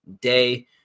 day